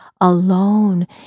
alone